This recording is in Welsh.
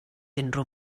unrhyw